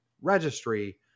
registry